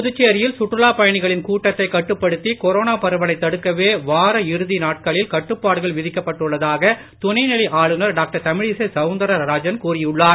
புதுச்சேரியில் சுற்றுலாப் பயணிகளின் கூட்டத்தை கட்டுப்படுத்தி கொரோனா பரவலை தடுக்கவே வார இறுதி நாட்களில் கட்டுப்பாட்டுகள் விதிக்கப்பட்டுள்ளதாக துணைநிலை ஆளுநர் டாக்டர் தமிழிசை சவுந்தரராஜன் கூறியுள்ளார்